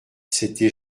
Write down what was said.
c’était